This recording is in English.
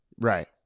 Right